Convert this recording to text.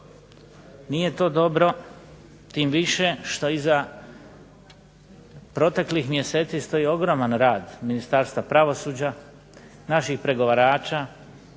Nije to dobro tim više što iza proteklih mjeseci stoji ogroman rad Ministarstva pravosuđa, naših pregovarača,